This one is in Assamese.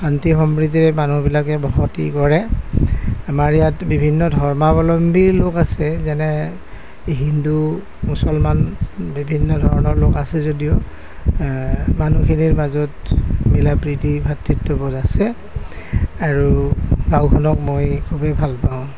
শান্তি সম্প্ৰীতিৰে মানুহবিলাকে বসতি কৰে আমাৰ ইয়াত বিভিন্ন ধৰ্মাৱলম্বীৰ লোক আছে যেনে হিন্দু মুছলমান বিভিন্ন ধৰণৰ লোক আছে যদিও মানুহখিনিৰ মাজত মিলা প্ৰীতি ভাতৃত্ববোধ আছে আৰু গাঁওখনক মই খুবেই ভাল পাওঁ